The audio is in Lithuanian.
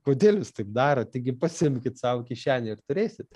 kodėl jūs taip darot taigi pasiimkit sau į kišenę ir turėsit